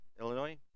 Illinois